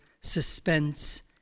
suspense